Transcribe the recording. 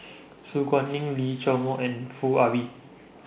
Su Guaning Lee Chiaw Meng and Foo Ah Bee